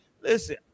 Listen